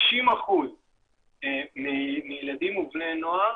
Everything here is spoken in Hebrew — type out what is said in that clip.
50% מילדים ובני נוער